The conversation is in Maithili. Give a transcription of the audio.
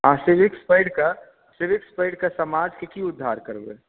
अहाँ सिविक्स पढ़िकऽ समाजकेॅं की उद्द्धार करबै